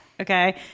Okay